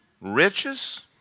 Riches